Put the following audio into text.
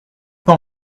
pas